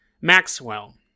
maxwell